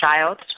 child